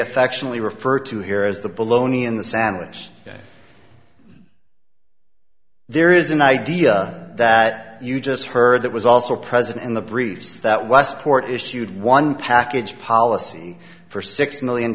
affectionately refer to here as the bologna in the sandwich there is an idea that you just heard that was also present in the briefs that westport issued one package policy for six million